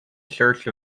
church